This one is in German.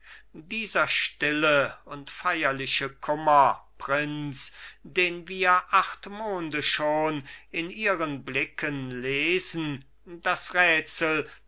dieser stille und feierliche kummer prinz den wir acht monde schon in ihren blicken lesen das rätsel